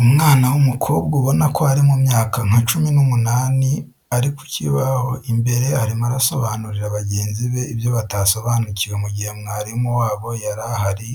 Umwana w'umukobwa ubona ko ari mu myaka nka cumi n'umunani ari ku kibaho imbere arimo arasobanurira bagenzi be ibyo batasobanukiwe mu gihe mwarimu wabo yari ahari